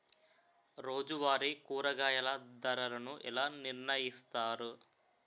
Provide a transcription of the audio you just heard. రోజువారి కూరగాయల ధరలను ఎలా నిర్ణయిస్తారు?